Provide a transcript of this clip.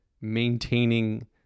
maintaining